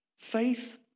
Faith